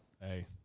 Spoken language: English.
Hey